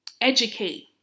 educate